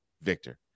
Victor